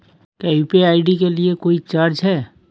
क्या UPI ID के लिए कोई चार्ज है?